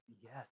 Yes